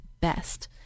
best